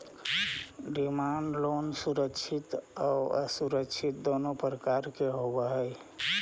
demand loan सुरक्षित आउ असुरक्षित दुनों प्रकार के होवऽ हइ